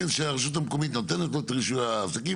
שהרשות המקומית נותנת לו את רישוי העסקים,